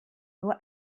nur